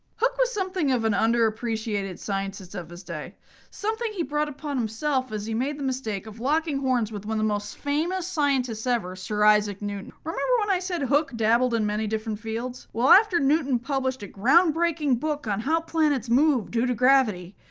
hooke was something of an underappreciated scientist of his day something he brought upon himself, he made the mistake of locking horns with one of the most famous scientists ever, sir isaac newton. remember when i said hooke dabbled in many different fields? well, after newton published a groundbreaking book on how planets move due to gravity,